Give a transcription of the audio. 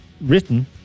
written